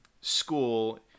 school